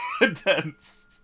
intense